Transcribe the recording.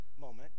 moment